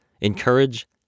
encourage